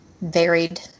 varied